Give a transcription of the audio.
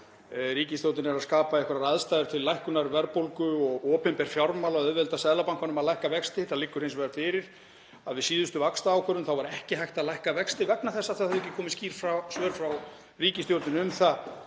Ríkisstjórnin er að skapa einhverjar aðstæður til lækkunar verðbólgu og opinber fjármál að auðvelda Seðlabankanum að lækka vexti. Það liggur hins vegar fyrir að við síðustu vaxtaákvörðun var ekki hægt að lækka vexti vegna þess að það höfðu ekki komið skýr svör frá ríkisstjórninni um það